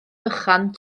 bychan